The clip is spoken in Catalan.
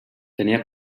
tenia